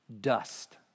dust